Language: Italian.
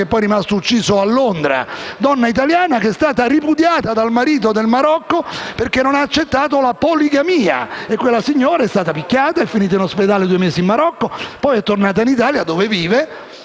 che poi è rimasto ucciso a Londra), era una donna italiana che è stata ripudiata dal marito del Marocco perché non ha accettato la poligamia. Quella signora è stata picchiata, è finita in ospedale due mesi in Marocco, poi è tornata in Italia, dove vive,